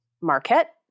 Marquette